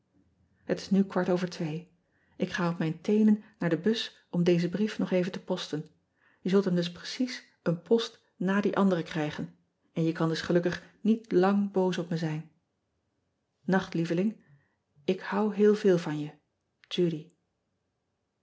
et is nu kwart over twee k ga op mijn teenen naar de bus om dezen brief nog even te posten e zult hem dus precies een post na dien anderen krijgen en je kan dus gelukkig niet lang boos op me zijn acht lieveling k hou heel veel van je udy